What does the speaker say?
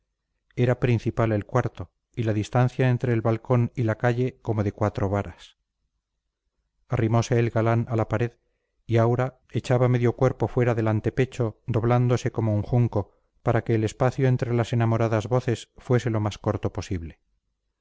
era principal el cuarto y la distancia entre el balcón y la calle como de cuatro varas arrimose el galán a la pared y aura echaba medio cuerpo fuera del antepecho doblándose como un junco para que el espacio entre las enamoradas voces fuese lo más corto posible